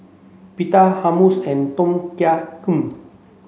Pita Hummus and Tom Kha